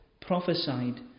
prophesied